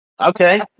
Okay